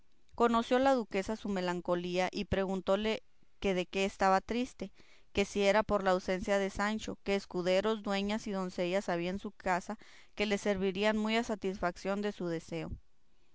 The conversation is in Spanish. conoció la duquesa su melancolía y preguntóle que de qué estaba triste que si era por la ausencia de sancho que escuderos dueñas y doncellas había en su casa que le servirían muy a satisfación de su deseo